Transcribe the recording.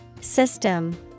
System